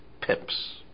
pips